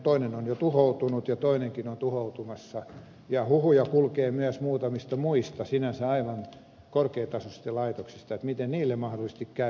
toinen on jo tuhoutunut ja toinenkin on tuhoutumassa ja huhuja kulkee myös muutamista muista sinänsä aivan korkeatasoisista laitoksista että miten niille mahdollisesti käy